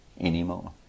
anymore